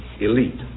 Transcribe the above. elite